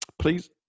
Please